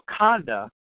Wakanda